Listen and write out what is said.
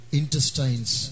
intestines